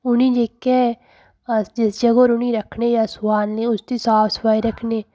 उ'नें जेह्के अस जिस जगह् पर उनें रक्खने अस सोआलने उसगी साफ सफाई रक्खने